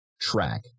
Track